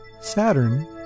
Saturn